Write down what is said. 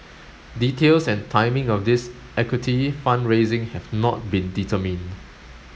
details and timing of this equity fund raising have not been determined